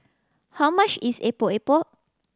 how much is Epok Epok